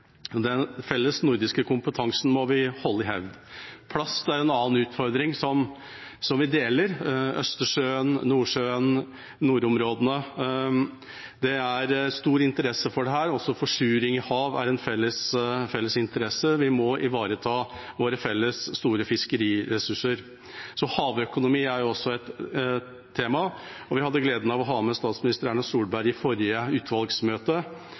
Den felles nordiske kompetansen må vi holde i hevd. Plast er en annen utfordring som vi deler – Østersjøen, Nordsjøen, nordområdene. Det er stor interesse for dette. Også forsuring av hav er en felles interesse, og vi må ivareta våre felles store fiskeriressurser. Havøkonomi er også et tema, og vi hadde gleden av å ha med statsminister Erna Solberg i forrige utvalgsmøte,